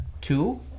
two